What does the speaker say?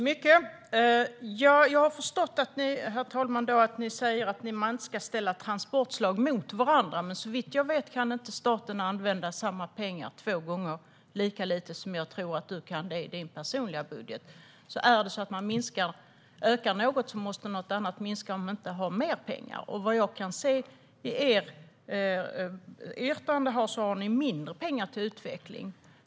Herr talman! Jag har förstått att ni säger att man inte ska ställa transportslag mot varandra, Jessica Rosencrantz. Men såvitt jag vet kan inte staten använda samma pengar två gånger, lika lite som jag tror att du kan göra det i din personliga budget. Om man ökar något måste något annat minska om man inte har mer pengar. Vad jag kan se i ert yttrande har ni mindre pengar till utveckling.